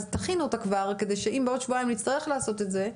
אז תכינו אותה כבר כדי שאם בעוד שבועיים נצטרך לעשות את זה,